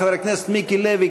חבר הכנסת מיקי לוי,